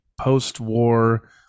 post-war